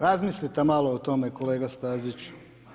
Razmislite malo o tome kolega Staziću.